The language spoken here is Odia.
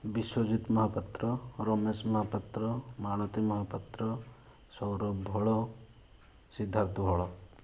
ବିଶ୍ବଜିତ୍ ମହାପାତ୍ର ରମେଶ ମହାପାତ୍ର ମାଳତି ମହାପାତ୍ର ସୌରବ ଭୋଳ ସିଦ୍ଧାର୍ଥ ଭୋଳ